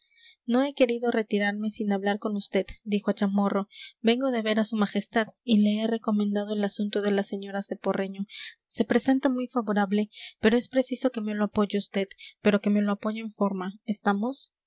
no he querido retirarme sin hablar con usted dijo a chamorro vengo de ver a su majestad y le he recomendado el asunto de las señoras de porreño se presenta muy favorable pero es preciso que me lo apoye vd pero que me lo apoye en forma estamos